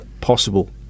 possible